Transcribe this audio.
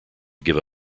give